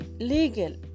legal